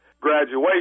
graduation